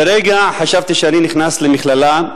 לרגע חשבתי שאני נכנס למכללה,